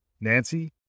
Nancy